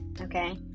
okay